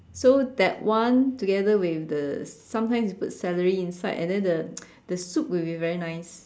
so that one together with the sometimes you put celery inside and then the the soup will be very nice